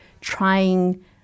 trying